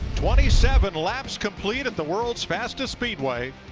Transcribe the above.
twenty seven laps complete at the world's fastest speed way,